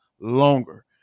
longer